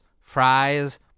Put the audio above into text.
fries